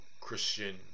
christian